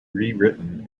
rewritten